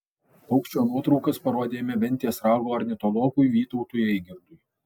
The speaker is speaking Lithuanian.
paukščio nuotraukas parodėme ventės rago ornitologui vytautui eigirdui